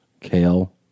kale